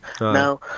Now